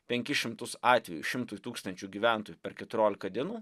penkis šimtus atvejų šimtui tūkstančių gyventojų per keturiolika dienų